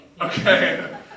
Okay